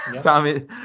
Tommy